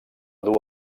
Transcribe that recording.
dur